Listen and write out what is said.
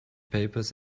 papers